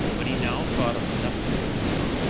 but he now thought of nothing but war,